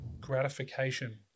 gratification